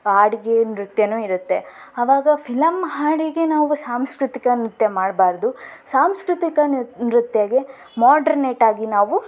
ಹಾಡಿಗೆ ನೃತ್ಯವೂ ಇರುತ್ತೆ ಅವಾಗ ಫಿಲಂ ಹಾಡಿಗೆ ನಾವು ಸಾಂಸ್ಕೃತಿಕ ನೃತ್ಯ ಮಾಡಬಾರ್ದು ಸಾಂಸ್ಕೃತಿಕ ನೃ ನೃತ್ಯಗೆ ಮಾಡ್ರುನೇಟ್ ಆಗಿ ನಾವು